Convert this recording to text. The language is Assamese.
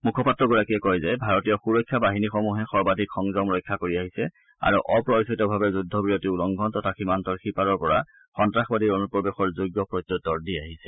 মুখপাত্ৰগৰাকীয়ে কৈছে যে ভাৰতীয় সুৰক্ষা বাহিনীসমূহে সৰ্বাধিক সংযম ৰক্ষা কৰি আহিছে আৰু অপ্ৰৰোচিতভাৱে যুদ্ধ বিৰতি উলংঘন তথা সীমান্তৰ সিপাৰৰ পৰা সন্তাসবাদীৰ অনুপ্ৰৱেশৰ যোগ্য প্ৰত্যত্তৰ দি আহিছে